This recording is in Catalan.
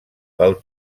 pel